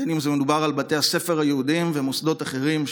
בין אם מדובר על בתי הספר היהודיים או מוסדות אחרים,